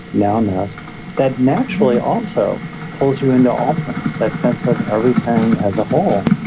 now-ness that naturally also pulls you into almost that sense of everything as a whole.